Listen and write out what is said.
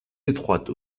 étroite